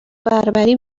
بربری